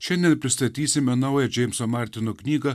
šiandien pristatysime naują džeimso martino knygą